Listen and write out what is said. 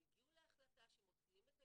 החינוך מזה שנים החליט שמי שזכאי להסעה